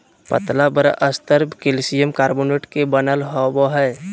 पतला बाह्यस्तर calcium carbonate के बनल होबो हइ